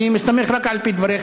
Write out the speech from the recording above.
אני מסתמך רק על דבריך,